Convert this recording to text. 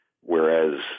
whereas